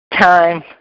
time